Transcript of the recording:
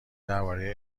درباره